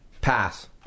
Pass